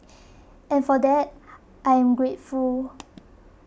and for that I am grateful